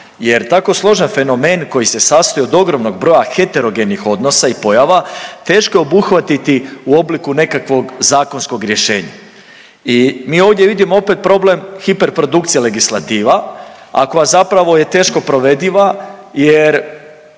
jer tako složen fenomen koji se sastoji od ogromnog broja heterogenih odnosa i pojava teško je obuhvatiti u obliku nekakvog zakonskog rješenja. I mi ovdje vidimo opet problem hiperprodukcije legislativa, a koja zapravo je teško provediva jer